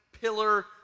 pillar